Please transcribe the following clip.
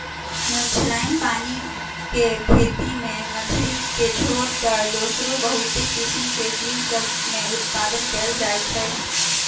नुनछ्राइन पानी के खेती में मछरी के छोर कऽ दोसरो बहुते किसिम के जीव सभ में उत्पादन कएल जाइ छइ